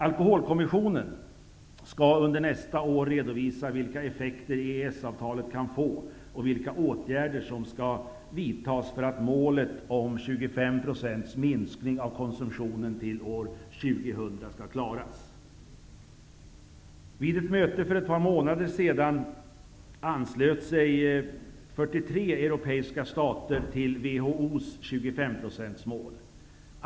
Alkoholkommissionen skall under nästa år redovisa vilka effekter EES-avtalet kan få och vilka åtgärder som skall vidtas för att målet om 25 % minskning av konsumtionen till år 2000 skall klaras. Vid ett möte för ett par månader sedan anslöt sig 43 europeiska stater till WHO:s 25-procentsmål.